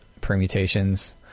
permutations